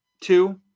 two